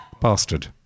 bastard